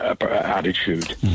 attitude